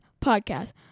podcast